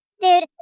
Dude